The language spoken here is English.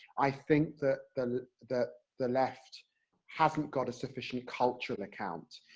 i think that the that the left hasn't got a sufficient cultural account,